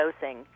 dosing